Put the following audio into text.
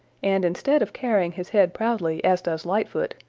and instead of carrying his head proudly as does lightfoot,